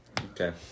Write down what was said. Okay